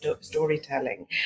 storytelling